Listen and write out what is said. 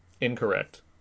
Incorrect